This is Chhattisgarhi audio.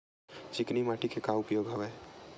चिकनी माटी के का का उपयोग हवय?